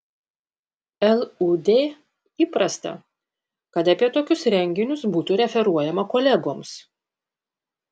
lud įprasta kad apie tokius renginius būtų referuojama kolegoms